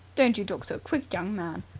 don't you talk so quick, young man.